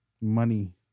money